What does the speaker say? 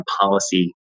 policy